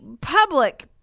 public